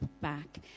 back